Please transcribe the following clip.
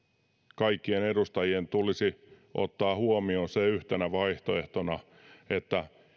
kaikkien edustajien tulisi ottaa huomioon yhtenä vaihtoehtona se että